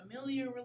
familiar